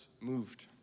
moved